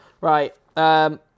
Right